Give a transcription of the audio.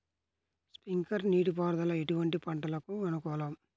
Sprinkler నీటిపారుదల ఎటువంటి పంటలకు అనుకూలము?